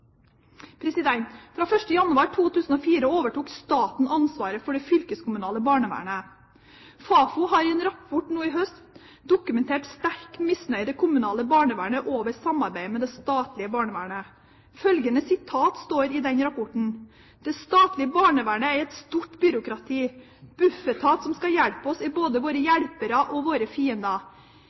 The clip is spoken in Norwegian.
Fra 1. januar 2004 overtok staten ansvaret for det fylkeskommunale barnevernet. Fafo har i en rapport nå i høst dokumentert sterk misnøye i det kommunale barnevernet over samarbeidet med det statlige barnevernet. Følgende sitat står i den rapporten: ««Det statlige barnevernet er et stort byråkrati. Barne-, ungdoms og familieetaten som skal hjelpe oss, er både våre hjelpere og